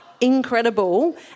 incredible